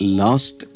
last